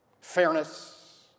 fairness